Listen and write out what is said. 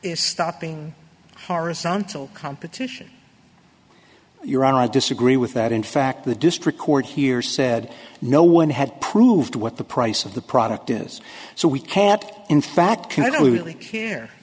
is stopping horizontal competition your i disagree with that in fact the district court here said no one had proved what the price of the product is so we can in fact can i don't really care